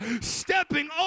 stepping